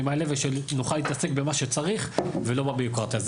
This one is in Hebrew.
האלה ושנוכל להתעסק במה שצריך ולא בבירוקרטיה,